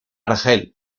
argel